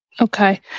Okay